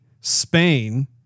Spain